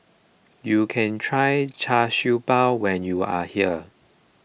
you can try Char Siew Bao when you are here